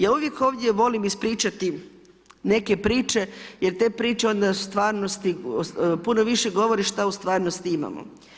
Ja uvijek ovdje volim ispričati neke priče jer te priče onda u stvarnosti puno više govori šta u stvarnosti imamo.